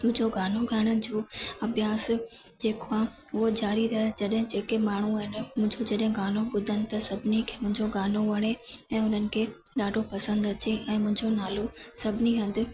मुंहिंजो गानो ॻाइण जो अभ्यास जेको आहे उहा जारी रहे जॾहिं जेके माण्हू आहिनि मुंहिंजो जॾहिं गानो ॿुधनि त सभिनी खे मुंहिंजो गानो वणे ऐं उन्हनि खे ॾाढो पसंदि अचे ऐं मुंहिंजो नालो सभिनी हंधु